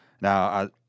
Now